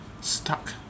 stuck